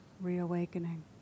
reawakening